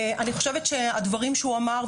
אני חושבת שהדברים שהוא אמר,